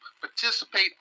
participate